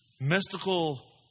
mystical